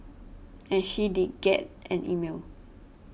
and she did get an email